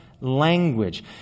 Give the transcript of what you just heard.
language